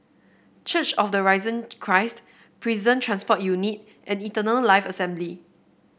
Church of the Risen Christ Prison Transport Unit and Eternal Life Assembly